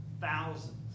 thousands